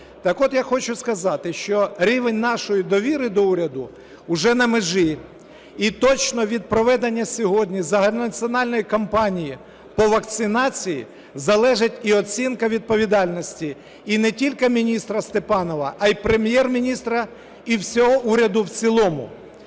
Так от, я хочу сказати, що рівень нашої довіри до уряду уже на межі. І точно від проведення сьогодні загальнонаціональної кампанії по вакцинації залежить і оцінка відповідальності, і не тільки міністра Степанова, а й Прем’єр-міністра і всього уряду в цілому.